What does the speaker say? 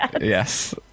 Yes